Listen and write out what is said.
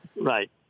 Right